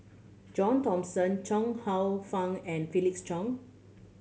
John Thomson Chuang Hsueh Fang and Felix Cheong